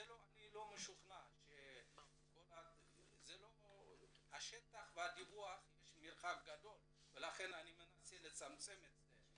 יש מרחק גדול בין השטח ובין הדיווח ולכן אני מנסה לצמצם את זה,